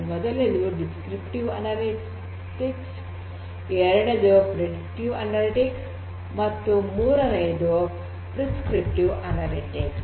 ಮೊದಲನೆಯದು ವಿವರಣಾತ್ಮಕ ಅನಲಿಟಿಕ್ಸ್ ಎರಡನೆಯದು ಮುನ್ಸೂಚಕ ಅನಲಿಟಿಕ್ಸ್ ಮತ್ತು ಮೂರನೆಯದು ಪ್ರೇಸ್ಕ್ರಿಪ್ಟಿವ್ ಅನಲಿಟಿಕ್ಸ್